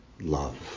love